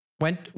Went